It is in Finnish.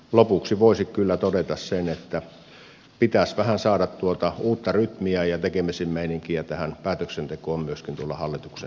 lopuksi voisi kyllä todeta sen että pitäisi vähän saada tuota uutta rytmiä ja tekemisen meininkiä tähän päätöksentekoon myöskin tuolla hallituksen sisässä